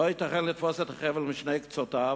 לא ייתכן לתפוס את החבל בשני קצותיו,